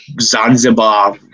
Zanzibar